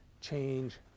change